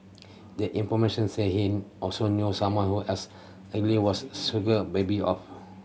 the information say he also knew someone who else allegedly was sugar baby of